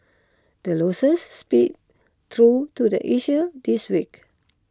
the losses seeped through to the Asia this week